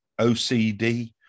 OCD